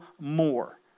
more